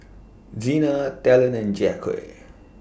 Zina Talon and Jacque